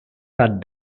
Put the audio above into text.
sat